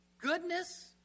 Goodness